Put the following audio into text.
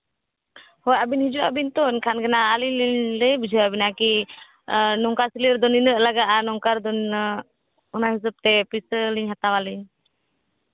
ᱦᱳᱭ ᱟᱹᱵᱤᱱ ᱦᱤᱡᱩᱜ ᱟᱹᱵᱤᱱ ᱛᱚ ᱮᱱᱠᱷᱟᱱ ᱜᱮᱦᱟᱸᱜ ᱟᱹᱞᱤᱧ ᱞᱟᱹᱭ ᱵᱩᱡᱷᱟᱹᱣ ᱟᱹᱵᱤᱱᱟ ᱠᱤ ᱱᱚᱝᱠᱟ ᱥᱤᱞᱟᱹᱭ ᱨᱮᱫᱚ ᱱᱤᱱᱟᱹᱜ ᱞᱟᱜᱟᱜᱼᱟ ᱱᱚᱝᱠᱟ ᱨᱮᱫᱚ ᱱᱤᱱᱟᱹᱜ ᱚᱱᱟ ᱦᱤᱥᱟᱹᱵ ᱛᱮ ᱯᱩᱭᱥᱟᱹ ᱞᱤᱧ ᱦᱟᱛᱟᱣ ᱟᱹᱞᱤᱧ